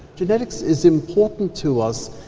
genetics is important to us,